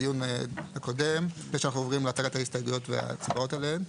שאנחנו עולים להצגת ההסתייגויות וההצבעות עליהן.